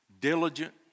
diligent